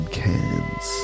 cans